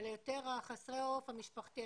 אלא יותר חסרי העורף המשפחתי,